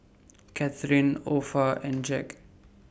Katharyn Opha and Jack